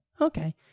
Okay